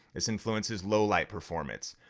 this influences low light performance.